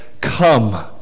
come